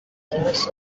cubes